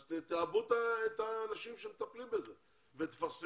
אז תעבו את כוח האדם שמטפל בזה ותפרסמו.